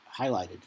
highlighted